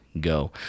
go